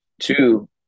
Two